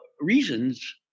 reasons